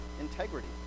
integrity